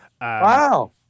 Wow